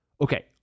Okay